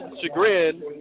chagrin